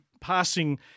passing